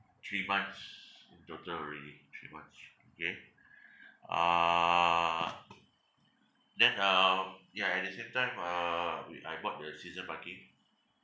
three months in total already three months K uh then um ya at the same time uh wait I bought the season parking